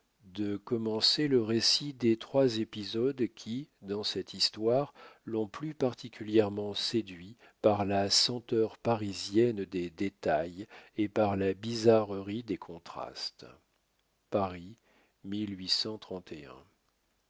de commencer le récit des trois épisodes qui dans cette histoire l'ont plus particulièrement séduit par la senteur parisienne des détails et par la bizarrerie des contrastes paris